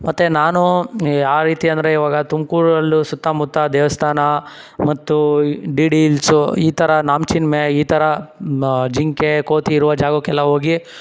ಮತ್ತು ನಾನು ಯಾವ ರೀತಿ ಅಂದರೆ ಇವಾಗ ತುಮಕೂರಲ್ಲೂ ಸುತ್ತಮುತ್ತ ದೇವಸ್ಥಾನ ಮತ್ತು ಡಿ ಡಿ ಇಲ್ಸು ಈ ಥರ ನಾಮ ಚಿಲುಮೆ ಈ ಥರ ಜಿಂಕೆ ಕೋತಿ ಇರುವ ಜಾಗಕ್ಕೆಲ್ಲ ಹೋಗಿ